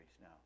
now